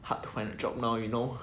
hard to find a job now you know